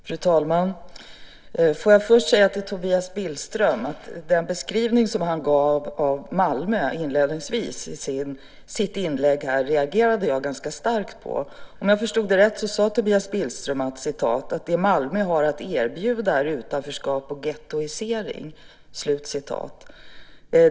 Fru talman! Låt mig först säga till Tobias Billström att jag reagerade ganska starkt över den beskrivning som han i sitt inlägg inledningsvis gav av Malmö. Om jag förstod det hela rätt sade Tobias Billström att "det Malmö i dag främst har att erbjuda nyanlända invandrare är bidragsberoende, utanförskap och gettoisering".